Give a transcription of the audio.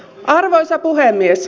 arvoisa puhemies